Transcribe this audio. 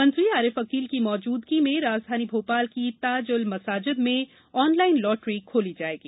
मंत्री आरिफ अकील की मौजूदगी में राजधानी भोपाल की ताजुल मसाजिद में ऑनलाइन लॉटरी खोली जाएगी